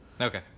Okay